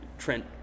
Trent